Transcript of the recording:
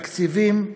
תקציבים,